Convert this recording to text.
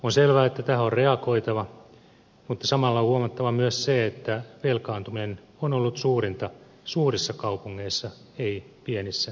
on selvä että tähän on reagoitava mutta samalla on huomattava myös se että velkaantuminen on ollut suurinta suurissa kaupungeissa ei pienissä kunnissa